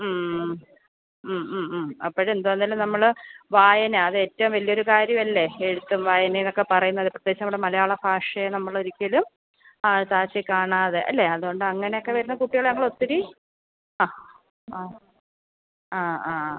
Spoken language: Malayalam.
അപ്പോഴെന്ത് ആന്നേലും നമ്മൾ വായന അതേറ്റവും വലിയൊരു കാര്യമല്ലേ എഴുത്തും വായനയെന്നൊക്കെ പറയുന്നത് പ്രത്യേകിച്ച് നമ്മുടെ മലയാള ഭാഷയെ നമ്മൾ ഒരിക്കലും താഴ്ത്തിക്കാണാതെ അല്ലേ അതുകൊണ്ടങ്ങനക്കെ വരുന്ന കുട്ടികളെ നമ്മളൊത്തിരി ആ ആ ആ ആ